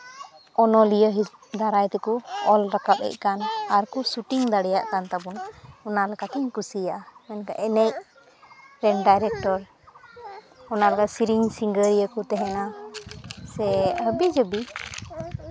ᱚᱱᱚᱞᱤᱭᱟᱹ ᱫᱟᱨᱟᱭ ᱛᱮᱠᱚ ᱚᱞ ᱨᱟᱠᱟᱵᱮᱜ ᱠᱟᱱ ᱟᱨᱠᱚ ᱥᱩᱴᱤᱝ ᱫᱟᱲᱮᱭᱟᱜ ᱠᱟᱱ ᱛᱟᱵᱳᱱᱟ ᱚᱱᱟ ᱞᱮᱠᱟᱛᱤᱧ ᱠᱩᱥᱤᱭᱟᱜᱼᱟ ᱢᱮᱱᱠᱷᱟᱱ ᱮᱱᱮᱡ ᱨᱮᱱ ᱰᱟᱭᱨᱮᱠᱴᱚᱨ ᱚᱱᱟᱠᱚ ᱥᱮᱨᱮᱧ ᱥᱤᱝᱜᱟ ᱨᱤᱭᱟᱹ ᱠᱚ ᱛᱟᱦᱮᱱᱟ ᱥᱮ ᱦᱟᱹᱵᱤ ᱡᱟᱵᱤ